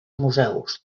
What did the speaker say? museus